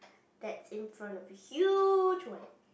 that's in front of a huge one